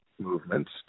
movements